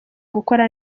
gukora